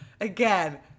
Again